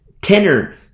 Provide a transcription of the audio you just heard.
tenor